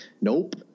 Nope